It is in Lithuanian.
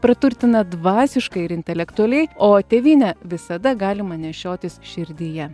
praturtina dvasiškai ir intelektualiai o tėvynę visada galima nešiotis širdyje